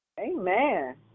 Amen